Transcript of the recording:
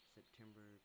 September